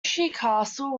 castle